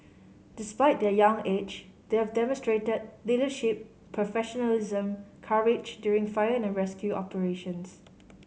despite their young age they have demonstrated leadership professionalism courage during fire and rescue operations